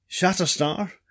Shatterstar